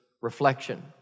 reflection